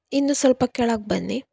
ಇನ್ನು ಸ್ವಲ್ಪ ಕೆಳಗೆ ಬನ್ನಿ